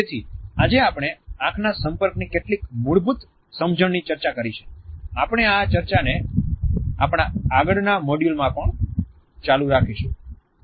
તેથી આજે આપણે આંખના સંપર્કની કેટલીક મૂળભૂત સમજણની ચર્ચા કરી છે આપણે આ ચર્ચાને આપણા આગળના મોડ્યુલ માં પણ ચાલુ રાખીશું